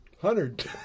hundred